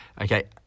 Okay